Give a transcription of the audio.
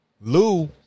Lou